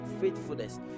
faithfulness